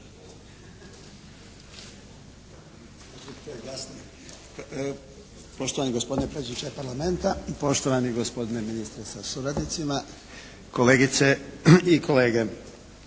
Poštovani gospodine predsjedniče Parlamenta, poštovani gospodine ministre sa suradnicima, kolegice i kolege.